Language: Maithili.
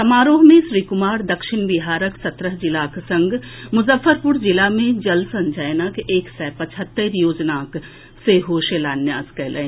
समारोह मे श्री कुमार दक्षिण बिहारक सत्रह जिलाक संग मुजफ्फरपुर जिला मे जल संचयनक एक सय पचहत्तरि योजनाक सेहो शिलान्यास कएलनि